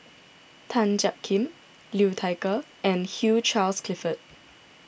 Tan Jiak Kim Liu Thai Ker and Hugh Charles Clifford